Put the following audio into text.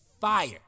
fire